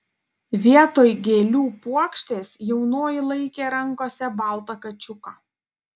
vietoj gėlių puokštės jaunoji laikė rankose baltą kačiuką